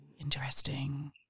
Interesting